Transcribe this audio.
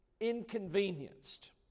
inconvenienced